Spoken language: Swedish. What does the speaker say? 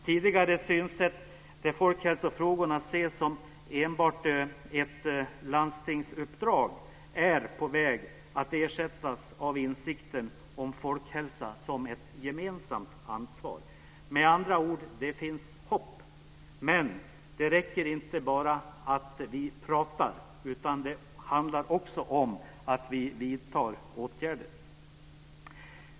Tidigare synsätt, där folkhälsofrågorna ses som enbart ett landstingsuppdrag, är på väg att ersättas av insikten om folkhälsa som ett gemensamt ansvar. Med andra ord finns det hopp. Men det räcker inte bara att vi pratar, utan det handlar också om att vi vidtar åtgärder.